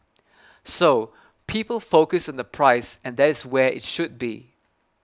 so people focus on the price and that is where it should be